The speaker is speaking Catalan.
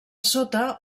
sota